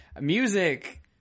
Music